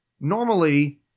normally